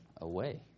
away